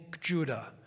Judah